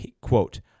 quote